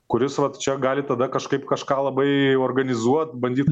kuris vat čia gali tada kažkaip kažką labai organizuot bandyt